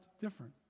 different